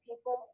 people